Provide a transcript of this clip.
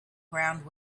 ground